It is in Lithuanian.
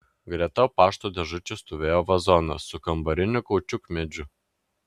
greta pašto dėžučių stovėjo vazonas su kambariniu kaučiukmedžiu